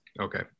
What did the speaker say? Okay